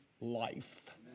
life